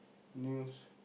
news